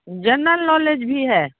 general knowledge भी है